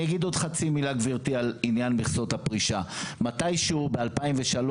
לגבי מכסות הפרישה, מתישהו ב-2003,